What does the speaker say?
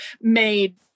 made